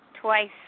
twice